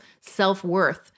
self-worth